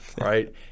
right